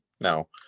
No